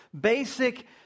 basic